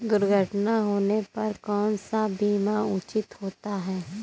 दुर्घटना होने पर कौन सा बीमा उचित होता है?